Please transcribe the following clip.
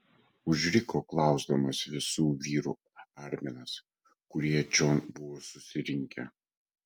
užriko klausdamas visų vyrų arminas kurie čion buvo susirinkę